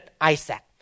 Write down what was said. Isaac